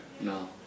No